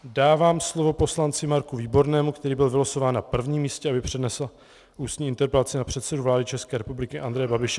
Dávám slovo poslanci Marku Výbornému, který byl vylosován na prvním místě, aby přednesl ústní interpelaci na předsedu vlády České republiky Andreje Babiše.